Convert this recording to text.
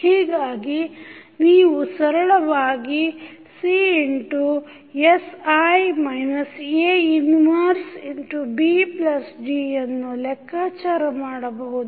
ಹೀಗಾಗಿ ನೀವು ಸರಳವಾಗಿCsI A 1BD ಯನ್ನು ಲೆಕ್ಕಾಚಾರ ಮಾಡಬಹುದು